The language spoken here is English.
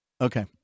okay